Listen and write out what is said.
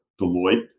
Deloitte